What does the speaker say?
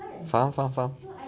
faham faham faham